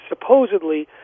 supposedly